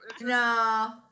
No